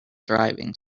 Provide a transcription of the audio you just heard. driving